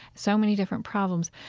so many different problems.